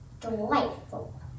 delightful